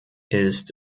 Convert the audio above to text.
ist